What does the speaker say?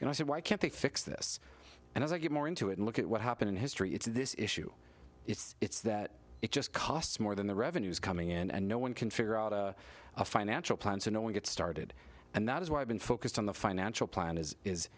and i said why can't they fix this and as i get more into it and look at what happened in history it's this issue it's that it just costs more than the revenues coming in and no one can figure out a financial plan so no one gets started and that is why i've been focused on the financial plan is is